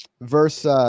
verse